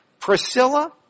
Priscilla